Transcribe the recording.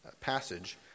passage